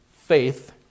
faith